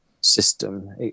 system